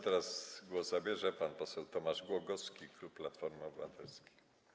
Teraz głos zabierze pan poseł Tomasz Głogowski, klub Platforma Obywatelska.